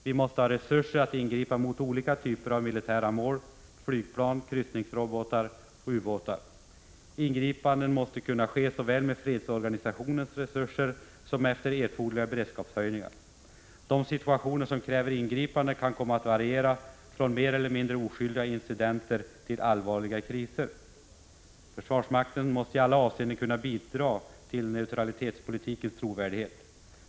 Vi måste ha resurser att ingripa mot olika typer av militära mål — flygplan, kryssningsrobotar och ubåtar. Ingripanden måste kunna ske såväl med fredsorganisationernas resurser som efter erforderliga beredskapshöjningar. De situationer som kräver ingripande kan komma att variera från mer eller mindre oskyldiga incidenter till allvarliga kriser. Försvarsmakten måste i alla avseenden kunna bidra till neutralitetspolitikens trovärdighet.